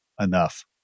enough